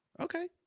Okay